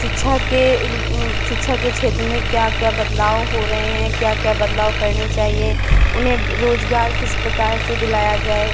शिक्षा के ऊ शिक्षा के क्षेत्र में क्या क्या बदलाव हो रहे हैं क्या क्या बदलाव करने चाहिए उन्हें रोजगार किस प्रकार से दिलाया जाए